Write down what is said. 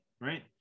right